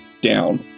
down